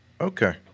Okay